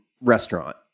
restaurant